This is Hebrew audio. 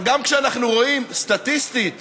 אבל גם כשאנחנו רואים סטטיסטית,